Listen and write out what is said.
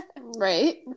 Right